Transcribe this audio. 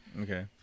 Okay